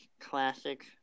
classic